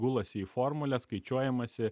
gulasi į formulę skaičiuojamasi